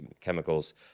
chemicals